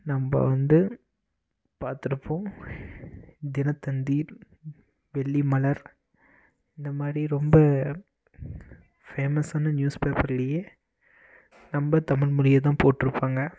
நம்ம வந்து பாத்திருப்போம் தினத்தந்தி வெள்ளிமலர் இந்த மாதிரி ரொம்ப ஃபேமஸான நியூஸ் பேப்பர்லேயே நம்ம தமிழ் மொழியை தான் போட்டுருப்பாங்க